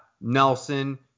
Nelson